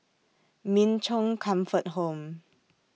Min Chong Comfort Home